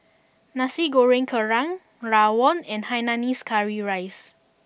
Nasi Goreng Kerang Rawon and Hainanese Curry Rice